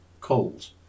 Cold